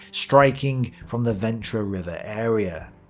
striking from the venta river area.